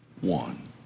one